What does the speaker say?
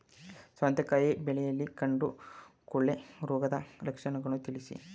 ಸೌತೆಕಾಯಿ ಬೆಳೆಯಲ್ಲಿ ಕಾಂಡ ಕೊಳೆ ರೋಗದ ಲಕ್ಷಣವನ್ನು ತಿಳಿಸಿ?